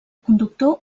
conductor